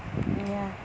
ya